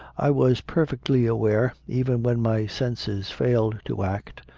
i was perfectly aware, even when my senses failed to act,